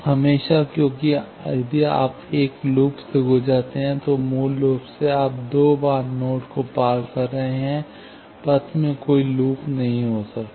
हमेशा क्योंकि यदि आप एक लूप से गुजरते हैं तो मूल रूप से आप दो बार नोड को पार कर रहे हैं पथ में कोई लूप नहीं हो सकता है